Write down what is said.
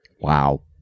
Wow